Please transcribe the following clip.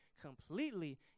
completely